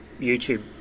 YouTube